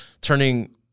turning